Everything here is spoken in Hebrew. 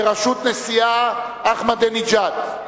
בראשות נשיאה אחמדינג'אד.